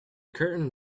curtain